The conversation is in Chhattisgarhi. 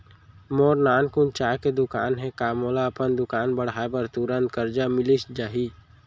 मोर नानकुन चाय के दुकान हे का मोला अपन दुकान बढ़ाये बर तुरंत करजा मिलिस जाही?